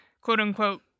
quote-unquote